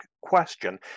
question